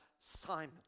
Simon